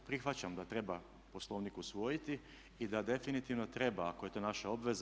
Prihvaćam da treba Poslovnik usvojiti i da definitivno treba ako je to naša obveza.